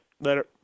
Later